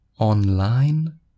online